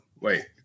Wait